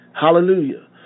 Hallelujah